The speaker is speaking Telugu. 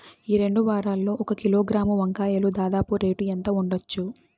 ఈ రెండు వారాల్లో ఒక కిలోగ్రాము వంకాయలు దాదాపు రేటు ఎంత ఉండచ్చు?